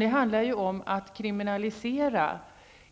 Det handlar om att kriminalisera